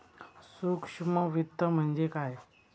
सूक्ष्म वित्त म्हणजे काय?